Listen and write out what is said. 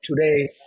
today